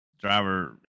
driver